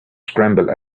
scramble